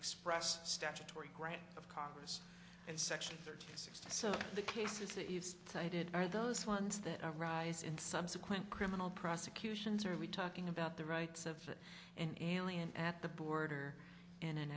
expressed statutory grant of congress and section thirty six so the cases the eaves cited are those ones that are arise in subsequent criminal prosecutions are we talking about the rights of an alien at the border in an